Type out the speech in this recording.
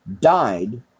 died